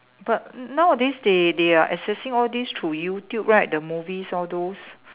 but nowadays they they are assessing all these through YouTube right the movies all those